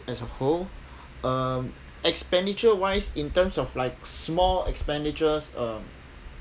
as a whole um expenditure wise in terms of like small expenditures um